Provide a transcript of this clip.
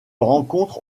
rencontre